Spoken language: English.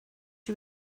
you